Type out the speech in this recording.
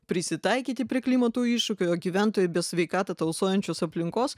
prisitaikyti prie klimato iššūkių gyventojų sveikatą tausojančius aplinkos